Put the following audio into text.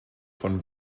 von